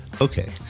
Okay